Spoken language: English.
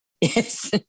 Yes